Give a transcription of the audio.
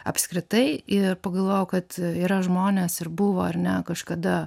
apskritai ir pagalvojau kad yra žmonės ir buvo ar ne kažkada